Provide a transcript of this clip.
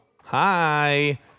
hi